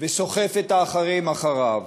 וסוחף את האחרים אחריו.